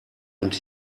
und